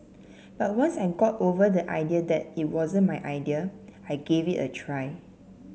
but once I got over the idea that it wasn't my idea I gave it a try